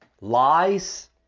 Lies